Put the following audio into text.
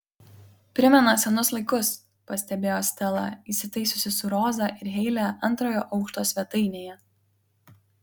primena senus laikus pastebėjo stela įsitaisiusi su roza ir heile antrojo aukšto svetainėje